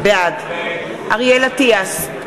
בעד אריאל אטיאס,